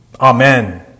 Amen